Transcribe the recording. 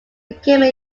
became